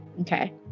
Okay